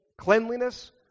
cleanliness